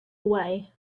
away